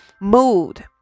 mood